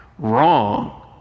Wrong